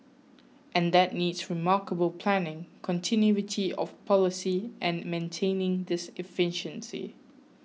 and that needs remarkable planning continuity of policy and maintaining this efficiency